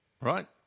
Right